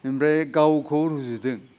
आमफ्राय गावखौ रुजुदों